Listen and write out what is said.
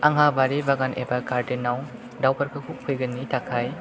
आंहा बारि बागान एबा गार्डेनाव दाउफोरखौ फैगोननि थाखाय